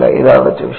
ഇത് അടച്ചു ശരി